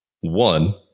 One